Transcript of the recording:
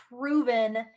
proven